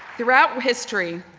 throughout history,